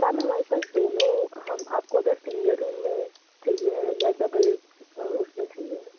ma'am हमारे पास दोनों हम आपको अगर सिंगल रूम में चाहिए है या डबल उसमें चाहिए